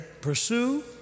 Pursue